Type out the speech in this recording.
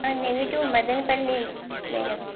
మా native Madanapalle madam